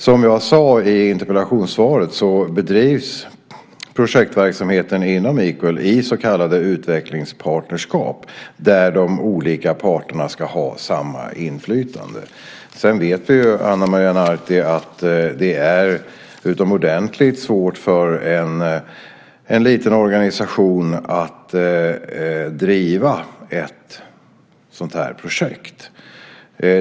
Som jag sade i interpellationssvaret bedrivs projektverksamheten inom Equal i så kallade utvecklingspartnerskap, där de olika parterna ska ha samma inflytande. Sedan vet vi, Ana Maria Narti, att det är utomordentligt svårt för en liten organisation att driva ett sådant här projekt.